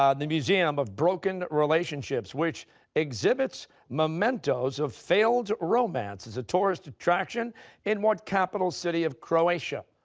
um the museum of broken relationships, which exhibits mementos of failed romance, is a tourist attraction in what capital city of croatia?